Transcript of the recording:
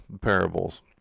parables